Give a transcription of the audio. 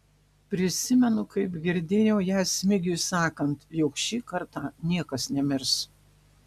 prisimenu kaip girdėjau ją smigiui sakant jog šį kartą niekas nemirs